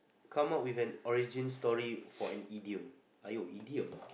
come out with an origin story for an idiom !aiyo! and idiom